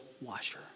washer